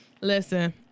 Listen